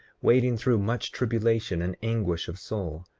wading through much tribulation and anguish of soul,